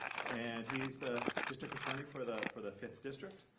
and he's the district attorney for the for the fifth district.